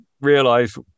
realize